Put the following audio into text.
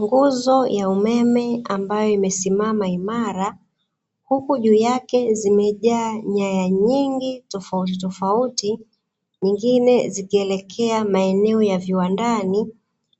Nguzo ya umeme ambayo imesimama imara, huku juu yake zimejaa nyaya nyingi tofauti nyingine, zikielekea maeneo ya viwandani